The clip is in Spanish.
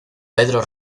pedro